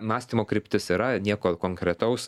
mąstymo kryptis yra nieko konkretaus